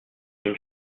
une